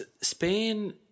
Spain